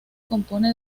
compone